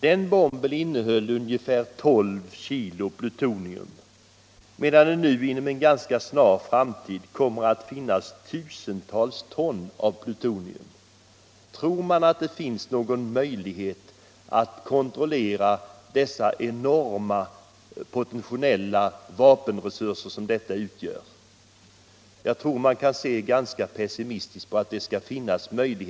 Den bomben innehöll ungefär 12 kg plutonium medan det nu inom en ganska snar framtid kommer att finnas tusentals ton av plutonium. Är det troligt att det finns någon möjlighet att kontrollera dessa enorma potentiella vapenresurser? Man måste se pessimistiskt på den frågan.